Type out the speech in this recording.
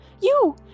You